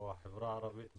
או החברה הערבית בנגב,